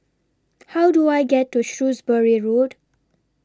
How Do I get to Shrewsbury Road